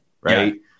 right